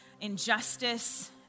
injustice